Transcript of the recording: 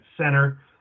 center